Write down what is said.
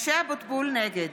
משה אבוטבול, נגד